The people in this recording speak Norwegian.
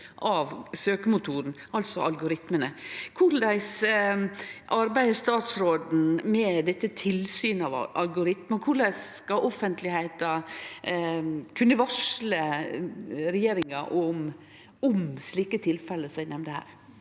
av søkemotoren, altså algoritmane. Korleis arbeider statsråden med tilsynet av algoritmar? Korleis skal offentlegheita kunne varsle regjeringa om slike tilfelle som eg